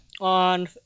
on